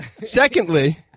Secondly